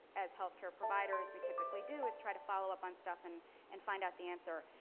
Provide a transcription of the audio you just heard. as health care providers, we typically do is try to follow up on stuff and and find out the answer.